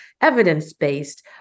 evidence-based